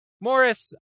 Morris